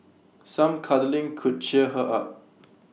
some cuddling could cheer her up